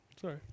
Sorry